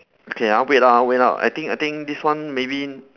okay uh wait ah wait ah I think I think this one maybe